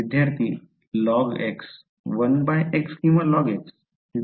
विद्यार्थी log 1x किंवा log